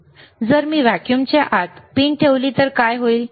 तर जर मी व्हॅक्यूमच्या आत पिन ठेवली तर काय होईल